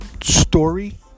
story